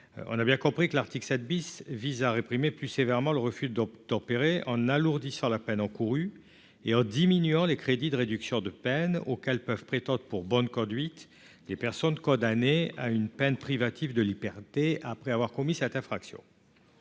On l'a bien compris : l'article 7 vise à réprimer plus sévèrement les refus d'obtempérer, en alourdissant la peine encourue et en diminuant les crédits de réduction de peine auxquels peuvent prétendre, pour bonne conduite, les personnes condamnées à une peine privative de liberté après avoir commis cette infraction.